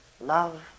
love